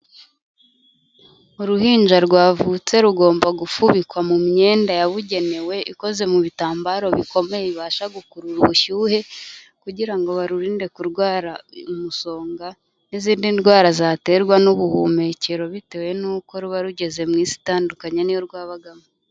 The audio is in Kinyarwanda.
Uruhinja rwavutse rugomba gufubikwa mu myenda yabugenewe, ikoze mu bitambaro bikomeye bibasha gukurura ubushyuhe, kugira ngo barurinde kurwara umusonga n'izindi ndwara zaterwa n'ubuhumekero, bitewe n'uko ruba rugeze mu Isi itandukanye n'iyo rwabagamo.